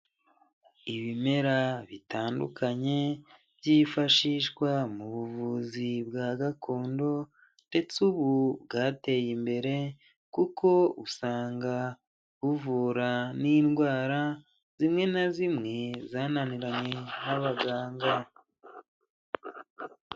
Ibimera bitandukanye byifashishwa mu buvuzi bwa gakondo ndetse ubu bwateye imbere kuko usanga buvura n'indwara zimwe na zimwe zananiranye n'abaganga.